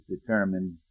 determined